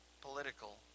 political